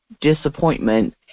disappointment